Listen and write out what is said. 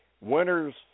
winners